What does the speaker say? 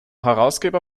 herausgeber